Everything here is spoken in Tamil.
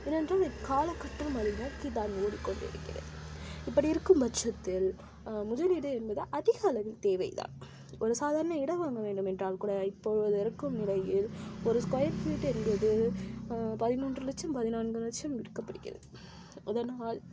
ஏனென்றால் இக்காலக்கட்டம் அதை நோக்கி தான் ஓடிக்கொண்டிருக்கிறது இப்படி இருக்கும் பட்சத்தில் முதலீடு என்பது அதிக அளவில் தேவை தான் ஒரு சாதாரண இடம் வாங்க வேண்டும் என்றால் கூட இப்போழுது இருக்கும் நிலையில் ஒரு ஸ்கொயர் ஃபீட் என்பது பதிமூன்று லட்சம் பதினான்கு லட்சம் விற்கப்படுகிறது இதனால்